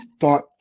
thought